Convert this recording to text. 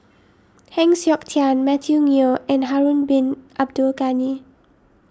Heng Siok Tian Matthew Ngui and Harun Bin Abdul Ghani